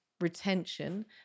retention